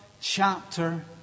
chapter